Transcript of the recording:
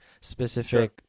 specific